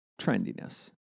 trendiness